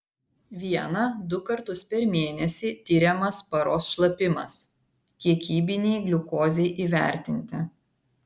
vieną du kartus per mėnesį tiriamas paros šlapimas kiekybinei gliukozei įvertinti